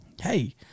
Hey